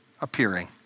appearing